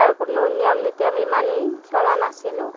তাৰ কোনো নিয়ম নীতি আমি মানি চলা নাছিলোঁ